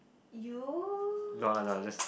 you